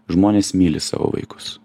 žmonės myli savo vaikus